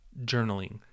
journaling